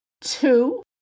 Two